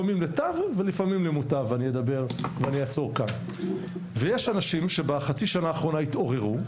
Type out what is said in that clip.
יש אנשים שבחצי שנה האחרונה התעוררו,